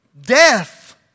Death